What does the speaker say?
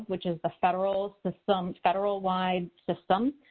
which is the federal systems, federal wide system,